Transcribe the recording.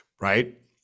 Right